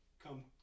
come